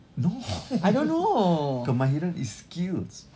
no kemahiran is skills